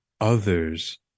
others